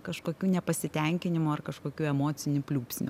kažkokių nepasitenkinimų ar kažkokių emocinių pliūpsnių